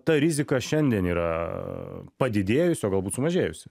ta rizika šiandien yra padidėjus o galbūt sumažėjusi